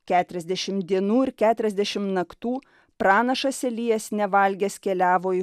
keturiasdešim dienų ir keturiasdešim naktų pranašas elijas nevalgęs keliavo į